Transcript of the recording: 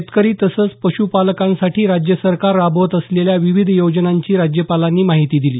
शेतकरी तसंच पश्रपालकांसाठी राज्य सरकार राबवत असलेल्या विविध योजनांची राज्यपालांनी माहिती दिली